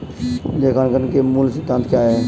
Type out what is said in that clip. लेखांकन के मूल सिद्धांत क्या हैं?